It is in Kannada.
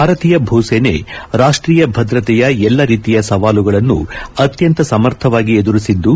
ಭಾರತೀಯ ಭೂಸೇನೆ ರಾಷ್ಷೀಯ ಭದ್ರತೆಯ ಎಲ್ಲ ರೀತಿಯ ಸವಾಲುಗಳನ್ನು ಅತ್ಯಂತ ಸಮರ್ಥವಾಗಿ ಎದುರಿಸಿದ್ದು